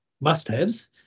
must-haves